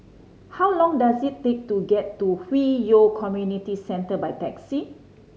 how long does it take to get to Hwi Yoh Community Centre by taxi